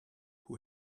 who